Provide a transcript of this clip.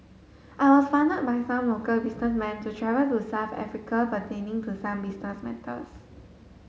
I was funded by some local businessmen to travel to South Africa pertaining to some business matters